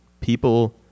People